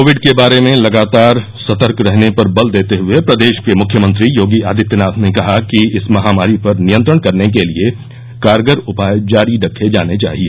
Covid के बारे में लगातार सतर्क रहने पर बल देते हए प्रदेश के मुख्यमंत्री योगी आदित्यनाथ ने कहा कि इस महामारी पर नियंत्रण करने के लिए कारगर उपाय जारी रखे जाने चाहिए